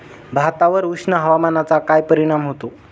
भातावर उष्ण हवामानाचा काय परिणाम होतो?